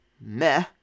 meh